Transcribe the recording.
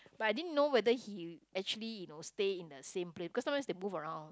but I didn't know whether he actually you know stay in the same place because sometimes they move around